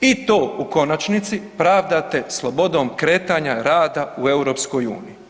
I to u konačnici pravdate slobodom kretanja rada u EU.